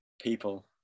People